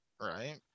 right